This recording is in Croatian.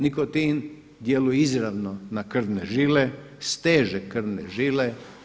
Nikotin djeluje izravno na krvne žile, steže krvne žile.